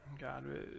God